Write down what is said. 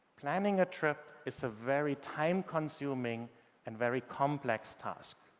planning a trip is a very time-consuming and very complex task.